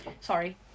sorry